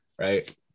right